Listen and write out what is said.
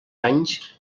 anys